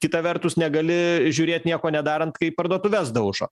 kita vertus negali žiūrėt nieko nedarant kai parduotuves daužo